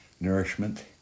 nourishment